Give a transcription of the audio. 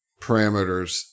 parameters